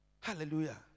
Hallelujah